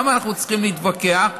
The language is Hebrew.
למה אנחנו צריכים להתווכח?